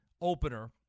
opener